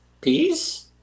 Peace